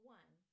one